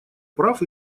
прав